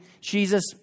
Jesus